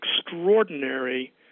extraordinary